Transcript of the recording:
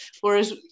Whereas